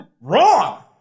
Wrong